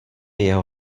jeho